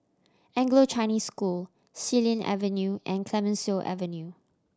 Anglo Chinese School Xilin Avenue and Clemenceau Avenue